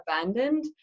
abandoned